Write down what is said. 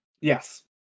Yes